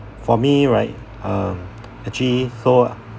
for me right um actually so